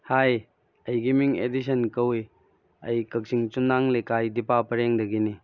ꯍꯥꯏ ꯑꯩꯒꯤ ꯃꯤꯡ ꯑꯦꯗꯤꯁꯟ ꯀꯧꯏ ꯀꯩ ꯀꯛꯆꯤꯡ ꯆꯨꯝꯅꯥꯝ ꯂꯩꯀꯥꯏ ꯗꯤꯄꯥ ꯄꯔꯦꯡꯗꯒꯤꯅꯤ